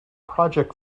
project